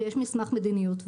שיש מסמך מדיניות וכו'.